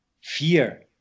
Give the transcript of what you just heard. fear